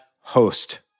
host